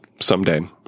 someday